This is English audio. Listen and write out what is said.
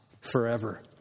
forever